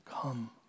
Come